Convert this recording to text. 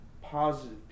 positive